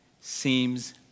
seems